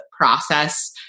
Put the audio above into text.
process